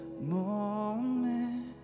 moment